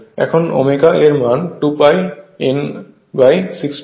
এখন ω এর মান 2 pi n60 হয়